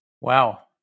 wow